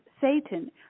Satan